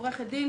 עורכת דין,